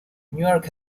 newark